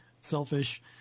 selfish